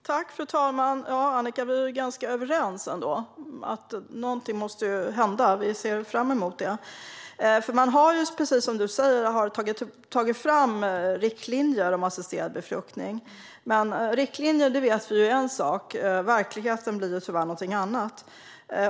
Fru talman! Vi är ganska överens, Annika. Någonting måste hända, och vi ser fram emot det. Man har, precis som du säger, tagit fram riktlinjer om assisterad befruktning. Men vi vet att riktlinjer är en sak och verkligheten tyvärr en annan.